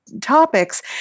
topics